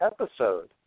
episode